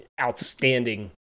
Outstanding